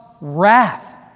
wrath